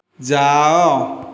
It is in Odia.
ଯାଅ